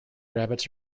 rabbits